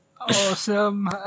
Awesome